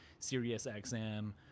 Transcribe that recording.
SiriusXM